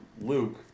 Luke